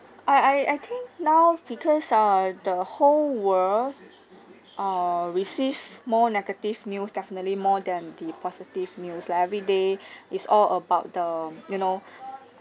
I I I think now because err the whole world err receive more negative news definitely more than the positive news like every day is all about the you know